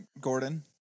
Gordon